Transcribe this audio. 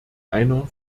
einer